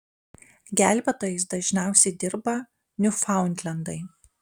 gelbėtojais dažniausiai dirba niūfaundlendai